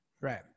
Right